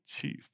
chief